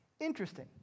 Interesting